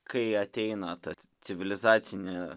kai ateina ta civilizacinė